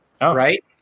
right